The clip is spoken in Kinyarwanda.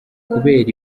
kubera